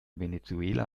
venezuela